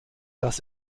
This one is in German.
das